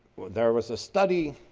there was a study,